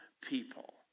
people